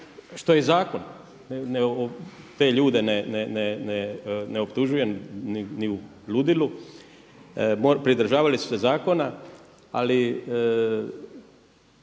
što je zakon, te ljude ne optužujem ni u ludilu, pridržavali su se zakona. Ali